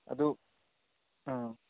ꯑꯗꯨ ꯑꯥ